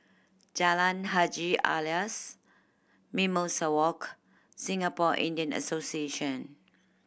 Jalan Haji Alias Mimosa Walk Singapore Indian Association